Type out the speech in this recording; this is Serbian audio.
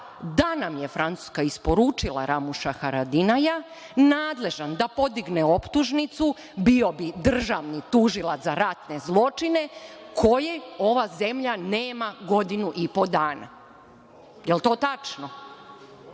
da nam je Francuska isporučila Ramuša Haradinaja, nadležan da podigne optužnicu, bio bi državni tužilac za ratne zločine, koje ova zemlja nema godinu i po dana. Jel to tačno?